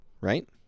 right